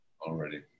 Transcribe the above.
already